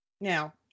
Now